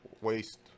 waste